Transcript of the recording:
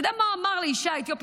אתה יודע מה הוא אמר לאישה אתיופית,